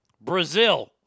Brazil